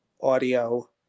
audio